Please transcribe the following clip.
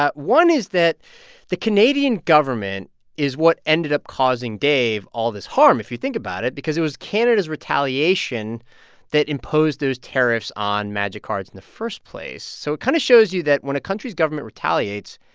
ah one is that the canadian government is what ended up causing dave all this harm, if you think about it, because it was canada's retaliation that imposed those tariffs on magic cards in the first place. so it kind of shows you that when a country's government retaliates,